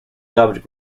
dubbed